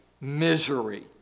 Misery